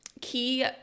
key